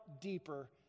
deeper